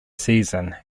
season